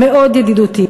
מאוד ידידותית,